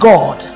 God